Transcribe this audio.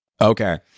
Okay